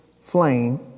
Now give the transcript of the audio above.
flame